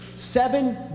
Seven